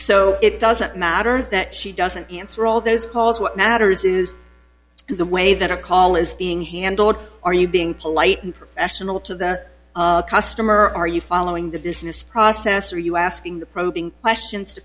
so it doesn't matter that she doesn't answer all those calls what matters is the way that her call is being handled are you being polite and professional to the customer or are you following the business process or are you asking the probing questions to